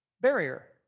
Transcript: barrier